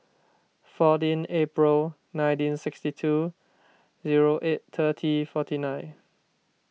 fourteen April nineteen sixty two zero eight thirty forty nine